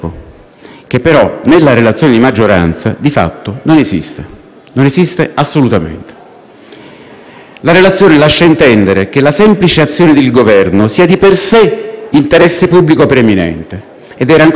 La relazione lascia intendere che la semplice azione di Governo sia di per sé interesse pubblico preminente; ed era ancora più chiara in questo senso la prima versione (ma il nascondimento è molto modesto).